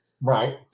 Right